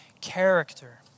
character